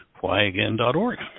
whyagain.org